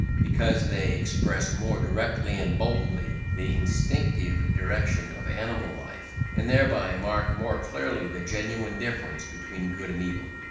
because they express more directly and boldly the instinctive direction of animal life, and thereby mark more clearly the genuine difference between good and evil.